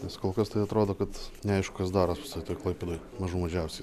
nes kol kas tai atrodo kad neaišku kas daros ta prasme toj klaipėdoj mažų mažiausiai